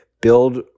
build